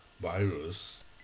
virus